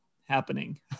happening